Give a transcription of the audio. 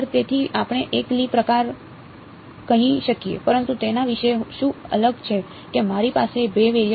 તેથી આપણે 1 લી પ્રકાર કહી શકીએ પરંતુ તેના વિશે શું અલગ છે કે મારી પાસે 2 વેરિયેબલ છે